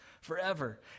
forever